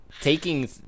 taking-